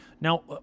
Now